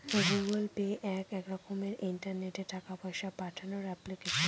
Google Pay এক রকমের ইন্টারনেটে টাকা পয়সা পাঠানোর এপ্লিকেশন